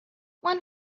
one